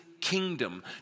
kingdom